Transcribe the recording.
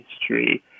history